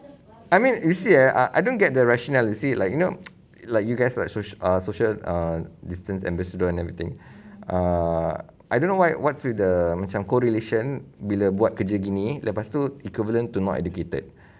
I mean you see ah I I don't get the rationale you see like you know like you guys like social uh social uh distance ambassador and everything ah I don't know why what's with the macam correlation bila buat kerja begini lepas tu equivalent to not educated